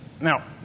Now